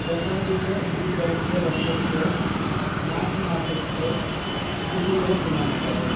दशाधिकद्विसहस्रतमवर्षस्य मार्च् मासस्य तृतीयदिनाङ्कः